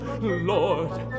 Lord